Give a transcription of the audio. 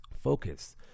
focus